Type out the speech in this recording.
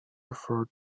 referred